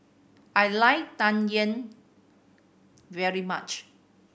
I like Tang Yuen very much